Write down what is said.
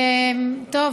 טוב,